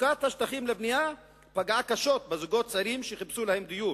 מצוקת השטחים לבנייה פגעה קשות בזוגות צעירים שחיפשו להם דיור.